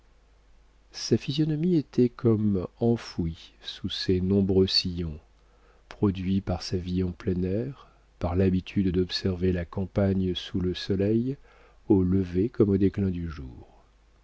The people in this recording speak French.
sa physionomie était comme enfouie sous ses nombreux sillons produits par sa vie en plein air par l'habitude d'observer la campagne sous le soleil au lever comme au déclin du jour